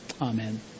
Amen